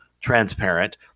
transparent